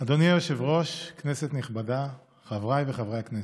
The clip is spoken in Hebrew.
אדוני היושב-ראש, כנסת נכבדה, חבריי חברי הכנסת,